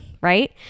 right